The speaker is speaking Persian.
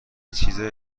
چیزهایی